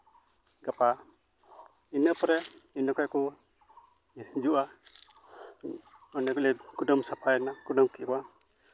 ᱜᱟᱯᱟ ᱤᱱᱟᱹ ᱯᱚᱨᱮ ᱚᱸᱰᱮ ᱠᱷᱚᱱ ᱠᱚ ᱦᱤᱡᱩᱜᱼᱟ ᱚᱸᱰᱮ ᱠᱷᱚᱱ ᱞᱮ ᱠᱩᱴᱟᱹᱢ ᱥᱟᱯᱷᱟᱭᱮᱱᱟ ᱠᱩᱴᱟᱹᱢ ᱠᱮᱫ ᱠᱚᱣᱟ